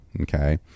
Okay